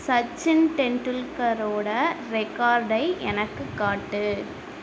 சச்சின் டெண்டுல்கரோட ரெகார்டை எனக்கு காட்டு